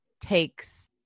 takes